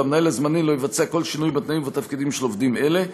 והמנהל הזמני לא יבצע כל שינוי בתנאים ובתפקידים של עובדים אלה.